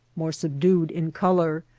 more subdued in color,